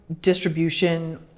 distribution